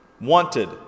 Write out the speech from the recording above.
wanted